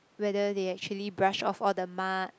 whether they actually brush off all the mud